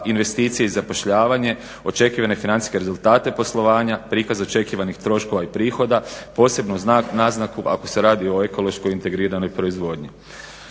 investicije i zapošljavanje, očekivane financijske rezultate poslovanja, prikaz očekivanih troškova i prihoda, posebno naznaku ako se radi o ekološko integriranoj proizvodnji.